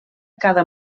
cada